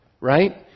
right